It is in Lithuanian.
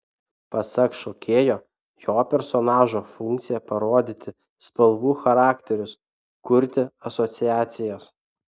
pasak šokėjo jo personažo funkcija parodyti spalvų charakterius kurti asociacijas